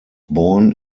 born